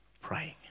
praying